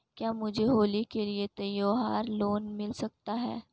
क्या मुझे होली के लिए त्यौहार लोंन मिल सकता है?